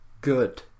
good